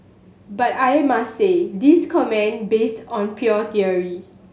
but I must say this comment based on pure theory